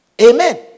Amen